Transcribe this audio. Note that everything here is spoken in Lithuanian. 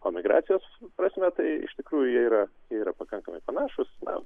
o migracijos prasme tai iš tikrųjų jie yra jie yra pakankamai panašūs na